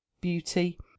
beauty